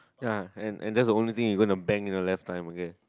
ya and and that's the only thing you gonna bang in your lifetime okay